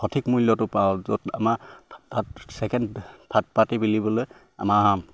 সঠিক মূল্যটো পাওঁ য'ত আমাৰ ছেকেণ্ড থাৰ্ট পাতি বুলিবলৈ আমাৰ